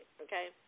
okay